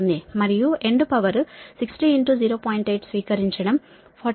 మరియు end power 60 0